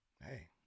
Hey